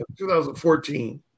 2014